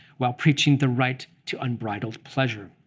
while preaching the right to unbridled pleasure.